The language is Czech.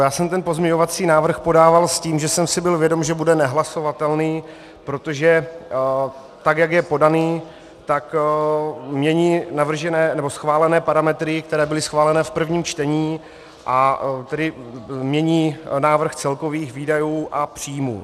Já jsem ten pozměňovací návrh podával s tím, že jsem si byl vědom, že bude nehlasovatelný, protože tak jak je podaný, tak mění schválené parametry, které byly schválené v prvním čtení, a tedy mění návrh celkových výdajů a příjmů.